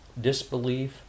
disbelief